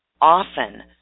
often